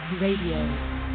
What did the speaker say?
Radio